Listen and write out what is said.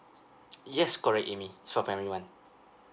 yes correct amy it's for primary one